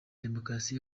demokarasi